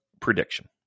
prediction